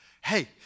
Hey